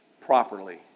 properly